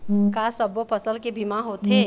का सब्बो फसल के बीमा होथे?